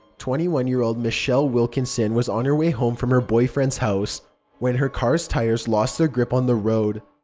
twenty one year old michelle wilkinson was on her way home from her boyfriend's house when her car's tires lost their grip on the road.